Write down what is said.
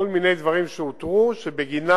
כל מיני דברים שאותרו שבגינם